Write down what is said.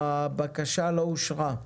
הצבעה הבקשה לא אושרה.